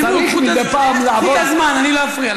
סיימו, קחו את הזמן, אני לא אפריע לכם.